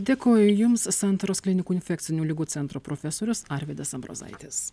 dėkoju jums santaros klinikų infekcinių ligų centro profesorius arvydas ambrozaitis